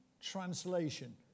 translation